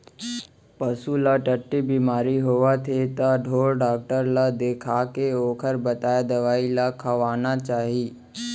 पसू ल टट्टी बेमारी होवत हे त ढोर डॉक्टर ल देखाके ओकर बताए दवई ल खवाना चाही